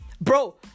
Bro